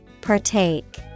Partake